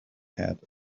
had